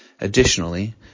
Additionally